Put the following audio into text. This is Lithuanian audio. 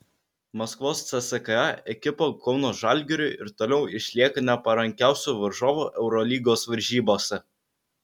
maskvos cska ekipa kauno žalgiriui ir toliau išlieka neparankiausiu varžovu eurolygos varžybose